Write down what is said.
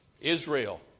Israel